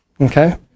Okay